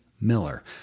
Miller